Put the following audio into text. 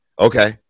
okay